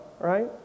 right